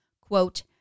quote